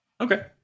Okay